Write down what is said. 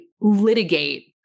litigate